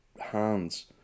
hands